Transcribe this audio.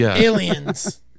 aliens